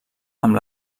amb